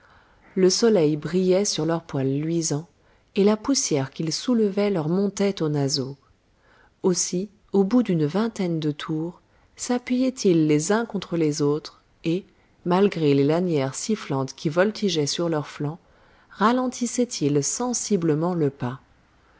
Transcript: le soleil brillait sur leur poil luisant et la poussière qu'ils soulevaient leur montait aux naseaux aussi au bout d'une vingtaine de tours sappuyaient ils les uns contre les autres et malgré les lanières sifflantes qui voltigeaient sur leurs flancs ralentissaient ils sensiblement le pas